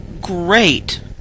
great